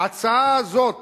ההצעה הזאת